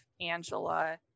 Angela